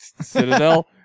Citadel